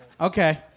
Okay